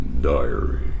Diary